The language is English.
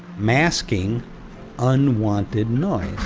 masking unwanted noise